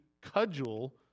cudgel